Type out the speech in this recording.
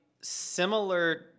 similar